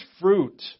fruit